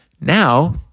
now